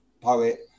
poet